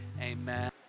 amen